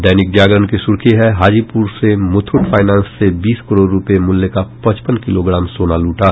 दैनिक जागरण की सुर्खी है हाजीपुर से मुथूट फाइनेंस से बीस करोड़ रूपये मूल्य का पचपन किलोग्राम सोना लूटा